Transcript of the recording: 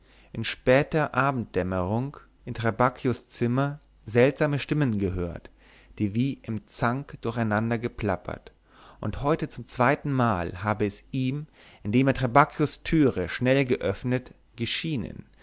in später abenddämmerung in trabacchios zimmer seltsame stimmen gehört die wie im zank durcheinander geplappert und heute zum zweitenmal habe es ihm indem er trabacchios türe schnell geöffnet geschienen